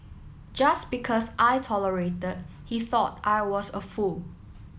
just because I tolerated he thought I was a fool